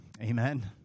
Amen